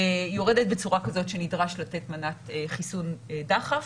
יורדת בצורה כזאת שנדרש לתת מנת חיסון דחף.